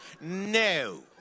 No